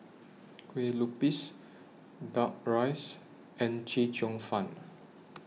Kue Lupis Duck Rice and Chee Cheong Fun